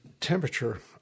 temperature